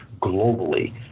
globally